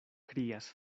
krias